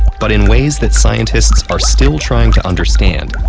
but in ways that scientists are still trying to understand,